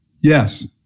Yes